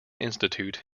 institute